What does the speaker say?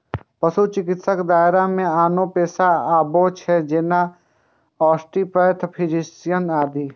पशु चिकित्साक दायरा मे आनो पेशा आबै छै, जेना आस्टियोपैथ, फिजियोथेरेपिस्ट आदि